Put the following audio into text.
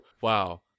wow